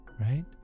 right